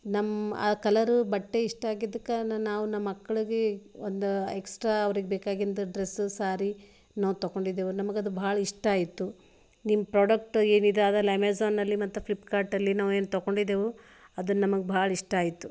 ನಮ್ಮ ಆ ಕಲರ್ ಬಟ್ಟೆ ಇಷ್ಟ ಆಗಿದಕ್ಕನಾ ನಾವು ನಮ್ಮ ಮಕ್ಳಿಗೆ ಒಂದು ಎಕ್ಸ್ಟ್ರಾ ಅವರಿಗೆ ಬೇಕಾಗಿಂದ್ ಡ್ರೆಸ್ ಸಾರಿನು ತೊಕೊಂಡಿದ್ದೆವು ನಮಗದು ಭಾಳ ಇಷ್ಟ ಆಯಿತು ನಿಮ್ಮ ಪ್ರೊಡಕ್ಟ್ ಏನಿದೆ ಅದು ಅಮೆಜಾನಲ್ಲಿ ಮತ್ತು ಫ್ಲಿಪ್ಕಾರ್ಟಲ್ಲಿ ನಾವು ಏನು ತೊಕೊಂಡಿದ್ದೆವು ಅದು ನಮಗೆ ಭಾಳ ಇಷ್ಟಾಯ್ತು